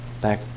back